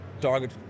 target